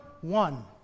one